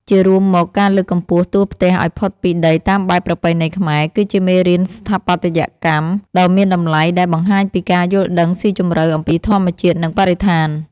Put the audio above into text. ជារួមមក ការលើកកម្ពស់តួផ្ទះឱ្យផុតពីដីតាមបែបប្រពៃណីខ្មែរ គឺជាមេរៀនស្ថាបត្យកម្មដ៏មានតម្លៃដែលបង្ហាញពីការយល់ដឹងស៊ីជម្រៅអំពីធម្មជាតិ និងបរិស្ថាន។